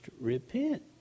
repent